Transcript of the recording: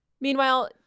Meanwhile